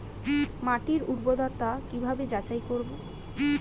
মাটির উর্বরতা কি ভাবে যাচাই করব?